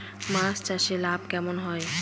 মাছ চাষে লাভ কেমন হয়?